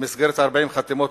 במסגרת 40 חתימות,